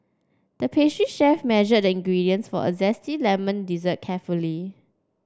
the pastry chef measured the ingredients for a zesty lemon dessert carefully